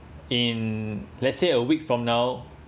in let's say a week from now